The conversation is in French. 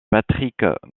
patrick